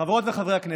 חברות וחברי הכנסת,